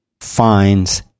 finds